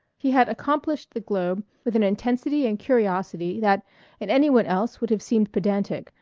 he had accomplished the globe with an intensity and curiosity that in any one else would have seemed pedantic,